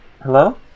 Hello